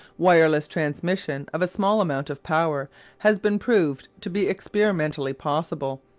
wireless transmission of a small amount of power has been proved to be experimentally possible.